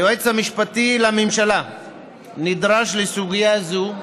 היועץ המשפטי לממשלה נדרש לסוגיה זו,